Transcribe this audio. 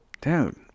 Dude